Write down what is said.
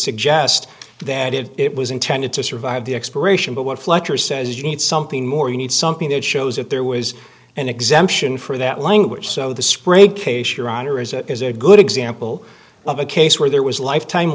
suggest that if it was intended to survive the expiration but what fletcher says you need something more you need something that shows that there was an exemption for that language so the sprayed case your honor is a good example of a case where there was life time